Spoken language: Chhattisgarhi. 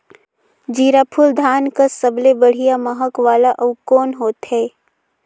जीराफुल धान कस सबले बढ़िया महक वाला अउ कोन होथै?